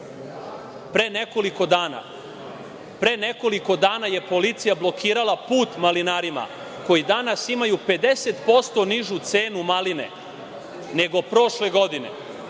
Pre nekoliko dana je policija blokirala put malinarima koji danas imaju 50% nižu cenu maline nego prošle godine,